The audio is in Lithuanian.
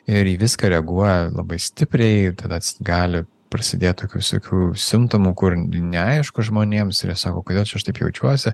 ir į viską reaguoja labai stipriai tada gali prasidėt tokių visokių simptomų kur neaišku žmonėms sako kodėl aš čia taip jaučiuosi